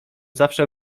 zawsze